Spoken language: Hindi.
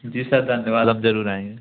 जी सर धन्यवाद हम जरुर आएँगे